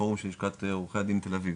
לפורום של לשכת עורכי הדין תל אביב.